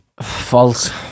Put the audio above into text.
False